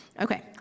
Okay